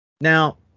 Now